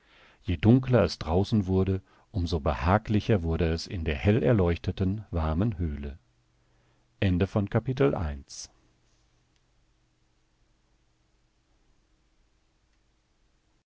je dunkler es draußen wurde um so behaglicher wurde es in der hell erleuchteten warmen höhle